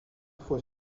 fois